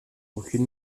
aucune